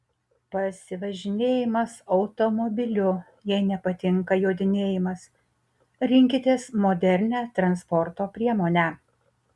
pasivažinėjimas automobiliu jei nepatinka jodinėjimas rinkitės modernią transporto priemonę